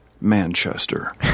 Manchester